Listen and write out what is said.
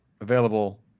available